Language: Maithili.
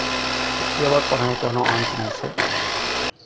जेवर पेन्हैके कोनो अन्त नहि छै